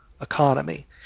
economy